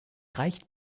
reicht